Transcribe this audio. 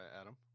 Adam